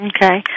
Okay